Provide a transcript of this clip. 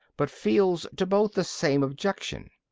but feels to both the same objection.